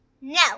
No